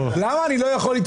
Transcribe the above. מי נמנע?